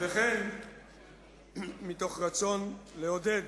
וכן מתוך רצון לעודד